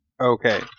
Okay